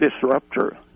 disruptor